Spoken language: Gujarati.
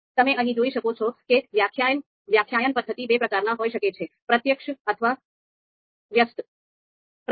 તમે અહીં જોઈ શકો છો કે વ્યાખ્યાના પદ્ધતિ બે પ્રકારના હોઈ શકે છે પ્રત્યક્ષ અથવા વ્યસ્ત